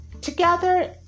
together